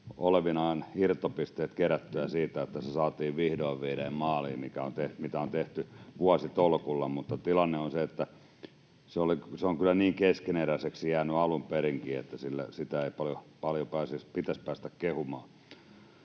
olevinaan irtopisteet kerättyä siitä, että saatiin vihdoin viimein maaliin se, mitä on tehty vuositolkulla. Mutta tilanne on se, että se on kyllä niin keskeneräiseksi jäänyt alun perinkin, että sillä ei paljon pitäisi päästä kehumaan.